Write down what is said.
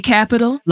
Capital